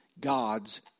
God's